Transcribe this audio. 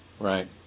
Right